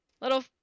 little